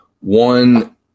one